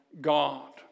God